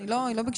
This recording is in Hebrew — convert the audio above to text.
כנ"ל ליווי